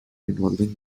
involving